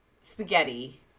spaghetti